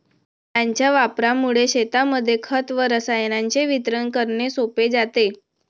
याच्या वापरामुळे शेतांमध्ये खत व रसायनांचे वितरण करणे सोपे जाते